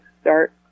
start